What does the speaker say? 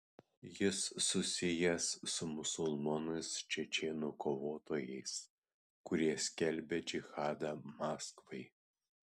jis susijęs su musulmonais čečėnų kovotojais kurie skelbia džihadą maskvai